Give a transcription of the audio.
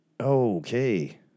Okay